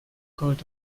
coat